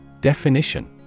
Definition